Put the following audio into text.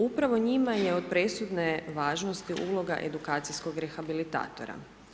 Upravo njima je od presudne važnosti uloga edukacijskog rehabilitatora.